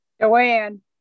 joanne